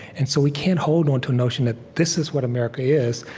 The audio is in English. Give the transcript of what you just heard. and so, we can't hold onto a notion that this is what america is.